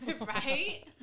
Right